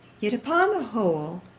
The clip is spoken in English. yet, upon the whole,